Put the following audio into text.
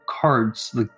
cards